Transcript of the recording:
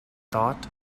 thought